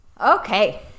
Okay